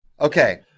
Okay